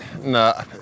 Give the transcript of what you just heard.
No